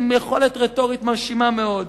עם יכולת רטורית מרשימה מאוד,